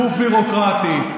גוף ביורוקרטי,